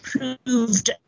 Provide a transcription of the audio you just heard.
approved